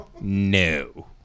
No